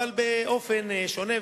אבל באופן שונה.